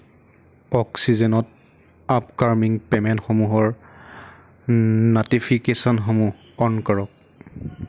অক্সিজেনত upcoming পে'মেণ্টসমূহৰ ন'টিফিকেশ্যনসমূহ on কৰক